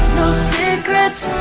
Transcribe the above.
secrets